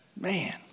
Man